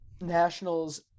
Nationals